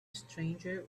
stranger